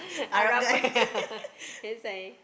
Arab that's why